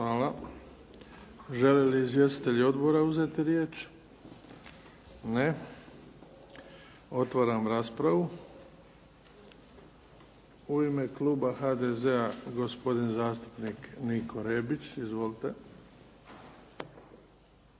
Hvala. Žele li izvjestitelji odbora uzeti riječ? Ne. Otvaram raspravu. U ime kluba HDZ-a gospodin zastupnik Niko Rebić. Izvolite.